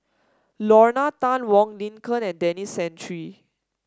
Lorna Tan Wong Lin Ken and Denis Santry